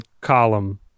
column